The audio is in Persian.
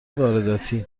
وارداتی